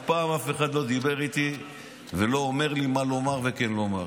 אף פעם אף אחד לא דיבר איתי ולא אמר לי מה לומר וכן לומר.